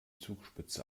zugspitze